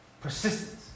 Persistence